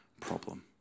problem